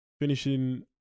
finishing